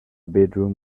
bedroom